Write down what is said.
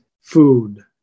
food